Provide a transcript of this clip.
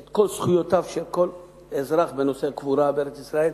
את כל זכויותיו של כל אזרח בנושא הקבורה בארץ-ישראל.